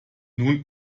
nun